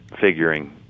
figuring